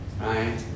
right